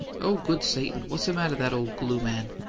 oh, good satan! wha'ssa matter that ole glue man?